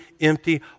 empty